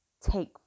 Take